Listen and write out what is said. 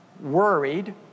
worried